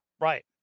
Right